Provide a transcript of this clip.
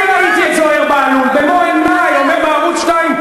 אני ראיתי את זוהיר בהלול במו-עיני אומר בערוץ 2,